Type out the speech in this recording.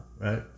right